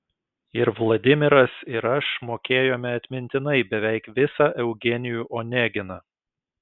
ir vladimiras ir aš mokėjome atmintinai beveik visą eugenijų oneginą